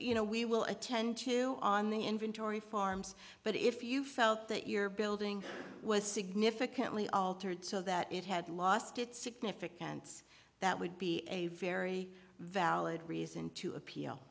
you know we will attend to on the inventory farms but if you felt that your building was significantly altered so that it had lost its significance that would be a very valid reason to appeal